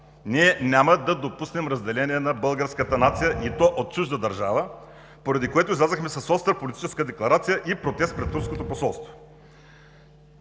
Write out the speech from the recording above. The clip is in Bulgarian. Ние няма да допуснем разделение на българската нация, и то от чужда държава, поради което излязохме с остра политическа декларация и протест пред Турското посолство.